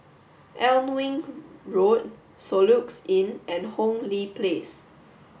Alnwick Road Soluxe Inn and Hong Lee Place